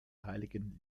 heiligen